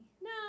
no